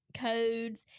codes